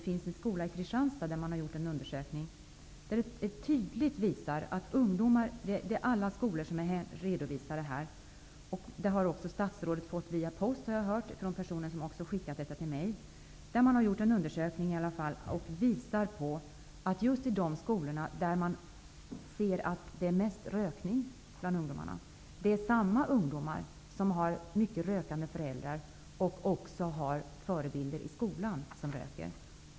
På en skola i Kristianstad har man gjort en undersökning där resultat från alla skolor redovisas. Jag har hört från den person som skickat redovisningen till mig att också statsrådet har fått ett exemplar via post. Undersökningen visar att många ungdomar på de skolor som har störst antal rökare har rökande föräldrar och förebilder på skolan som röker.